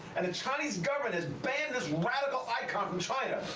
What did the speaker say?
and the chinese government has banned this radical icon from china.